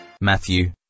Matthew